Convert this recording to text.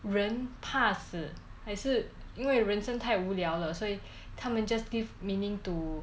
人怕死还是因为人生太无聊了所以他们 just give meaning to